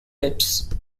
whips